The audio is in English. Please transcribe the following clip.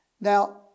Now